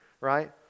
right